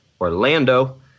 Orlando